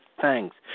thanks